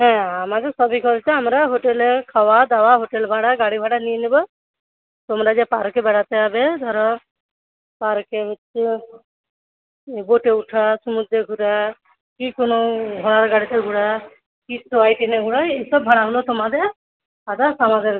হ্যাঁ আমাদের আমরা হোটেলের খাওয়া দাওয়া হোটেল ভাড়া গাড়ি ভাড়া নিয়ে নেব তোমরা যে পার্কে বেড়াতে যাবে ধরো পার্কে হচ্ছে বোটে ওঠা সমুদ্রে ঘোরা কি কোনও ঘোড়ার গাড়িতে ঘোরা কি টয়ট্রেনে ঘোরা এইসব ভাড়াগুলো তোমাদের আদার্স